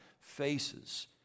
Faces